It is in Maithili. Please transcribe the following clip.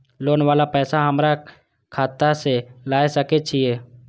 लोन वाला पैसा हमरा खाता से लाय सके छीये?